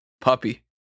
puppy